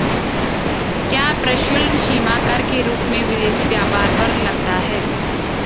क्या प्रशुल्क सीमा कर के रूप में विदेशी व्यापार पर लगता है?